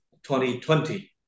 2020